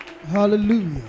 Hallelujah